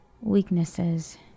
weaknesses